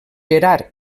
gerard